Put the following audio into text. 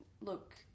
look